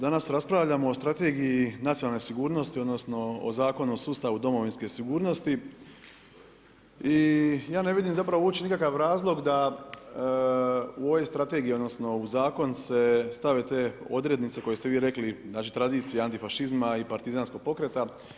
Danas raspravljamo o Strategiji nacionalne sigurnosti, odnosno o Zakonu o sustavu domovinske sigurnosti i ja ne vidim zapravo uopće nikakav razlog da u ovoj strategiji odnosno u zakon se stave te odrednice koje ste vi rekli, znači tradicija antifašizma i partizanskog pokreta.